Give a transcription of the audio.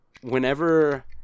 whenever